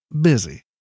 busy